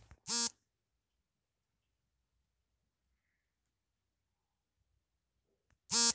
ಕರ್ನಾಟಕ ತೋಟಗಾರಿಕೆ ಇಲಾಖೆ ಬೆಂಗಳೂರಿನ ಹುಳಿಮಾವಿನಲ್ಲಿದೆ